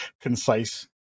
concise